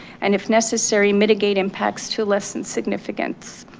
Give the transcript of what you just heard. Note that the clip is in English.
and if necessary, mitigate impacts to lessen significance